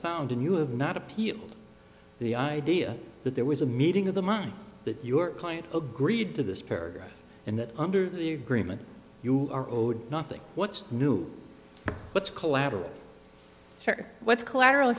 found and you have not appealed the idea that there was a meeting of the money that your client agreed to this paragraph and that under the agreement you are owed nothing what's new what's collateral what's collateral